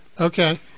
Okay